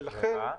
ולכן -- סליחה?